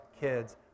kids